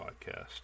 podcast